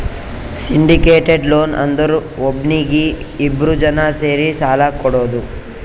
syndicated loan ಅಂದುರ್ ಒಬ್ನೀಗಿ ಇಬ್ರು ಜನಾ ಸೇರಿ ಸಾಲಾ ಕೊಡೋದು